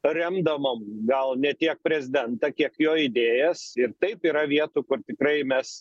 remdamom gal ne tiek prezidentą kiek jo idėjas ir taip yra vietų kur tikrai mes